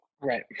right